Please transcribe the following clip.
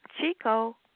Chico